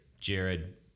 Jared